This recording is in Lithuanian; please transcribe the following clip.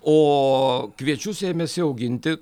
o kviečius ėmėsi auginti